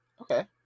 okay